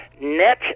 net